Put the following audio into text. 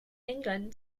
england